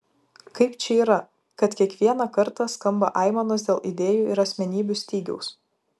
kaip čia yra kad kiekvieną kartą skamba aimanos dėl idėjų ir asmenybių stygiaus